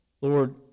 Lord